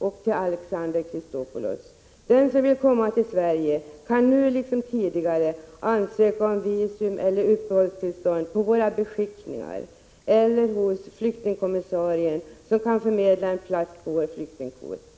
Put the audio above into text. Till Alexander Chrisopoulos: Den som vill komma till Sverige kan nu liksom tidigare ansöka om visum eller uppehållstillstånd på våra beskickningar eller hos flyktingkommissarien, som kan förmedla en plats på vår flyktingkvot.